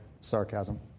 sarcasm